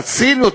והציניות,